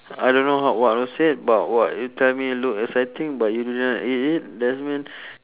I don't know h~ what is it but what you tell me look exciting but you didn't eat it that mean